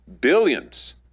billions